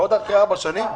ועוד אחרי ארבע שנים?